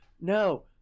no